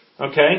okay